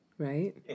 Right